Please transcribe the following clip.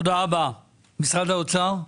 תודה רבה, משרד האוצר?